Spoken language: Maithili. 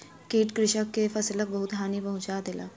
कीट कृषक के फसिलक बहुत हानि पहुँचा देलक